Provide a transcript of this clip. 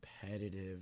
competitive